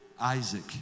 Isaac